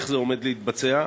איך זה עומד להתבצע?